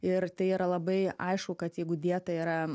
ir tai yra labai aišku kad jeigu dieta yra